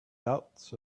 doubts